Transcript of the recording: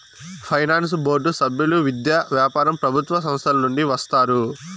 finance board సభ్యులు విద్య, వ్యాపారం ప్రభుత్వ సంస్థల నుండి వస్తారు